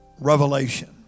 revelation